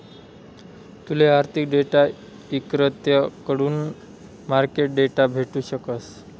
तूले आर्थिक डेटा इक्रेताकडथून मार्केट डेटा भेटू शकस